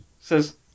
says